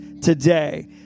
today